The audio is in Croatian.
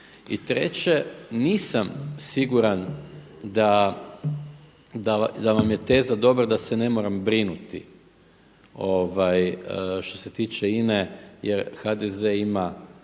I treće, nisam siguran da vam je teza dobra da se ne moram brinuti što se tiče INA-e, jer HDZ-e ima